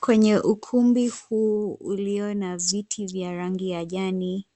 Kwenye ukumbi huu ulio na vitu vya rangi ya jani